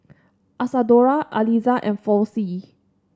Isadora Aliza and Flossie